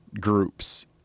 groups